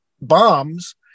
bombs